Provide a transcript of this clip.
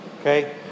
Okay